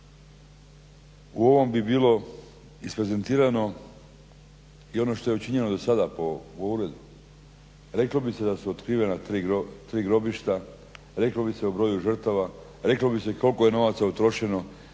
u ovom bi bilo isprezentirano i ono što je učinjeno dosada po uredu. Reklo bi se da su otkrivena 3 grobišta, reklo bi se o broju žrtava, reklo bi se koliko je novaca utrošeno,